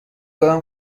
دارم